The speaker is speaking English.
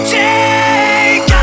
take